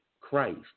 Christ